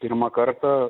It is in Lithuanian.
pirmą kartą